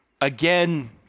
Again